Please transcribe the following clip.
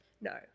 No